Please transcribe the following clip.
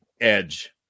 edge